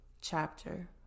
chapter